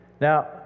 now